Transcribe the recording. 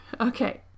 Okay